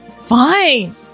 Fine